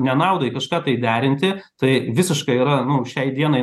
nenaudai kažką tai derinti tai visiškai yra nu šiai dienai